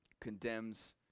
condemns